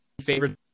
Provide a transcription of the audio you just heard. favorite